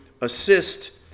assist